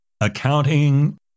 accounting